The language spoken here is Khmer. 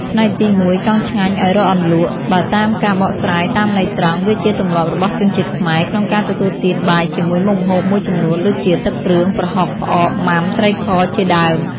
ផ្នែកទី១ «ចង់ឆ្ងាញ់ឱ្យរកអន្លក់» បើតាមការបកស្រាយតាមន័យត្រង់ វាជាទម្លាប់របស់ជនជាតិខ្មែរ ក្នុងការទទួលទានបាយជាមួយមុខម្ហូបមួយចំនួន ដូចជា ទឹកគ្រឿង ប្រហុក ផ្អក ម៉ាំ ត្រីខ ជាដើម។